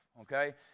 okay